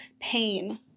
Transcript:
pain